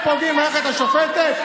איך פוגעים במערכת השופטת,